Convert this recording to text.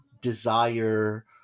desire